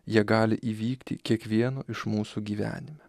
jie gali įvykti kiekvieno iš mūsų gyvenime